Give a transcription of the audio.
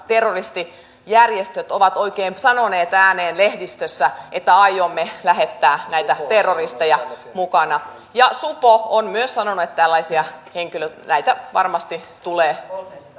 terroristijärjestöt ovat oikein sanoneet ääneen lehdistössä että aiomme lähettää näitä terroristeja mukana myös supo on sanonut että tällaisia henkilöitä varmasti tulee